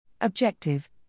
Objective